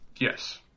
Yes